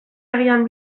agian